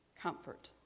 comfort